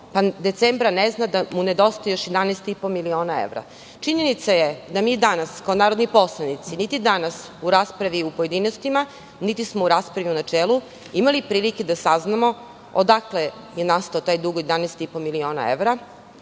pa u decembru ne zna da mu nedostaje još 11,5 miliona evra? Činjenica je da mi danas kao narodni poslanici, niti danas u raspravi u pojedinostima, niti smo u raspravi u načelu imali prilike da saznamo odakle je nastao taj dug od 11,5 miliona evra,